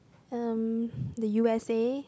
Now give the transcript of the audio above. um the U_S_A